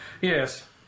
Yes